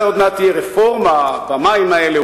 אולי עוד מעט תהיה רפורמה במים האלה,